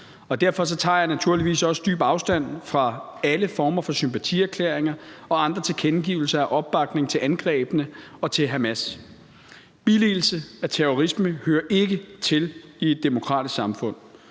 derfor tager jeg naturligvis også dyb afstand fra alle former for sympatierklæringer og andre tilkendegivelser af opbakning til angrebene og til Hamas. Billigelse af terrorisme hører ikke til i et demokratisk samfund.